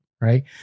Right